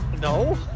No